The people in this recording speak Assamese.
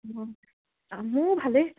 মোৰো ভালেই